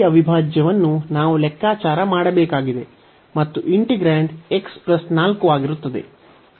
ಈ ಅವಿಭಾಜ್ಯವನ್ನು ನಾವು ಲೆಕ್ಕಾಚಾರ ಮಾಡಬೇಕಾಗಿದೆ ಮತ್ತು ಇಂಟಿಗ್ರಾಂಡ್ x 4 ಆಗಿರುತ್ತದೆ